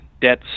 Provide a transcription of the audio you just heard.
debt